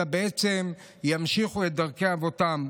אלא בעצם ימשיכו את דרכי אבותם.